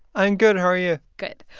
i'm good. how are you? good.